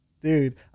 Dude